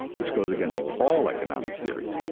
which goes against all economic theory,